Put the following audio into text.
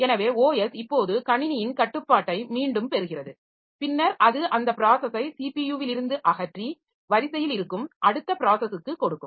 எனவே OS இப்போது கணினியின் கட்டுப்பாட்டை மீண்டும் பெறுகிறது பின்னர் அது அந்த ப்ராஸஸை ஸிபியுவிலிருந்து அகற்றி வரிசையில் இருக்கும் அடுத்த ப்ராஸஸுக்கு கொடுக்கும்